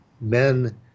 men